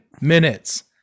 minutes